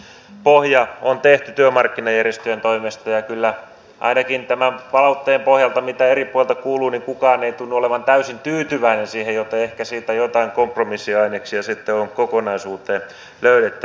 nyt yhteiskuntasopimuksen pohja on tehty työmarkkinajärjestöjen toimesta ja kyllä ainakaan tämän palautteen pohjalta mitä eri puolilta kuuluu kukaan ei tunnu olevan täysin tyytyväinen siihen joten ehkä siitä joitain kompromissiaineksia sitten on kokonaisuuteen löydettävissä